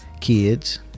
kids